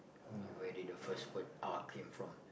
let me know where did the first word R came from